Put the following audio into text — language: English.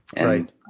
Right